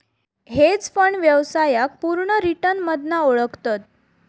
hedge fund व्यवसायाक पुर्ण return मधना ओळखतत